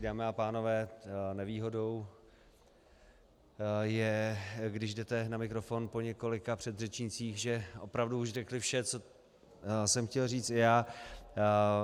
Dámy a pánové, nevýhodou je, když jdete na mikrofon po několika předřečnících, že opravdu už řekli vše, co jsem chtěl říct i já.